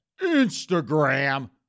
Instagram